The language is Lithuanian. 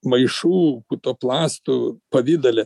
maišų putoplastų pavidale